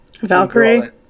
Valkyrie